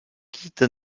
quitte